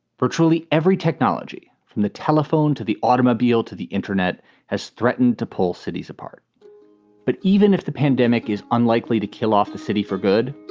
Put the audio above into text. virtually every technology from the telephone to the automobile to the internet has threatened to pull cities apart but even if the pandemic is unlikely to kill off the city for good.